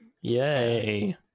Yay